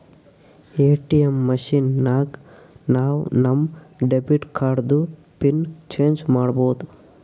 ATM machine ನಾಗ್ ನಾವ್ ನಮ್ ಡೆಬಿಟ್ ಕಾರ್ಡ್ದು ಪಿನ್ ಚೇಂಜ್ ಮಾಡ್ಬೋದು